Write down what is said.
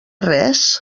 res